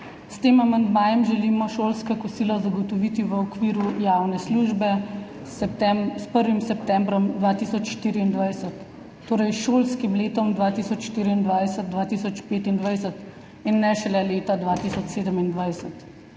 S tem amandmajem želimo šolska kosila zagotoviti v okviru javne službe s 1. septembra 2024, torej s šolskim letom 2024/2025 in ne šele leta 2027.